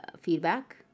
feedback